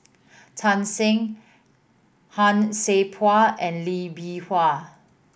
Tan Shen Han Sai Por and Lee Bee Wah